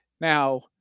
Now